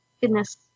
Goodness